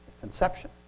conception